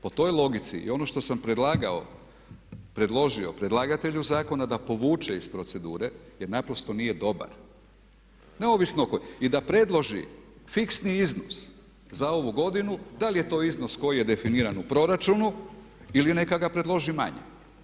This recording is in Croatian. Po toj logici i ono što sam predlagao, predložio predlagatelju zakona da poveće iz procedure jer naprosto nije dobar i da predloži fiksni iznos za ovu godinu, da li je to iznos koji je definiran u proračunu ili neka ga predloži manji.